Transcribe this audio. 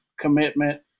commitment